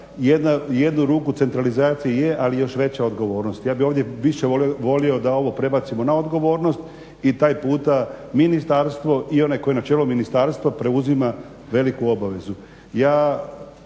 jednu ruku centralizacija je ali još veća odgovornost je. ja bih ovdje više volio da ovo prebacimo na odgovornost i taj puta ministarstvo i onaj tko je na čelu ministarstva preuzima veliku obavezu.